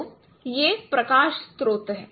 तो यह प्रकाश स्रोत है